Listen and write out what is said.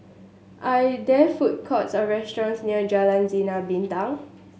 are there food courts or restaurants near Jalan Sinar Bintang